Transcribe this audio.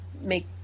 make